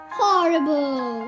horrible